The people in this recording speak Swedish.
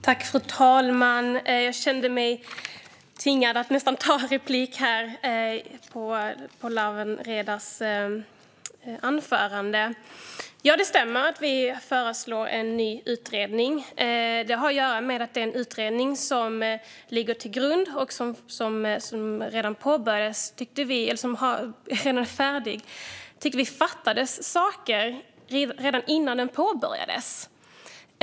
Fru talman! Jag kände mig nästan tvingad att begära replik på Lawen Redars anförande. Det stämmer att vi föreslår en ny utredning. Det har att göra med att vi tyckte att det i den utredning som är färdig fattades frågor redan innan den påbörjades.